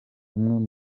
umwe